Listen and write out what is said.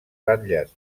ratlles